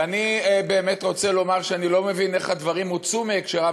ואני באמת רוצה לומר שאני לא מבין איך הדברים הוצאו מהקשרם,